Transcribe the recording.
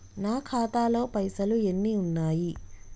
నా ఖాతాలో పైసలు ఎన్ని ఉన్నాయి?